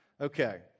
Okay